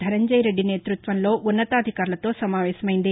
ధనంజయరెడ్డి నేతృత్వంలో ఉన్నతాధికారులతో సమావేశమయ్యంది